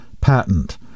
patent